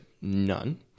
none